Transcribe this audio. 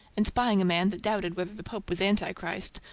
and spying a man that doubted whether the pope was anti-christ,